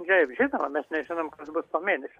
taip žinoma mes nežinom kas bus po mėnesio